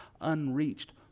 unreached